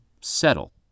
settle